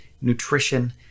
nutrition